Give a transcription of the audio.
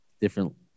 different